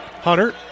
Hunter